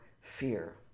fear